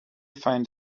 find